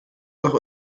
noch